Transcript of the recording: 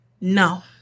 No